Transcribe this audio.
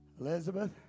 Elizabeth